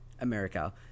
America